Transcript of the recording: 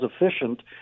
efficient